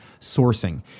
sourcing